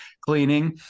cleaning